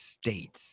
States